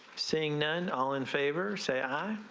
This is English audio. seeing none all in favor say ay.